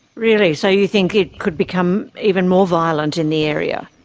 really? so you think it could become even more violent in the area?